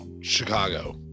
Chicago